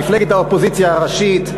מפלגת האופוזיציה הראשית,